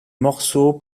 morceaux